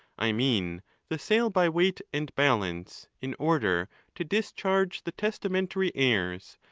i mean the sale by weight and balance, in order to discharge the testamentary heirs,